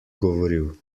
govoril